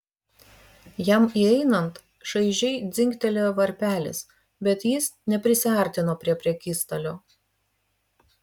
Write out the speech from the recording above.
jam įeinant šaižiai dzingtelėjo varpelis bet jis neprisiartino prie prekystalio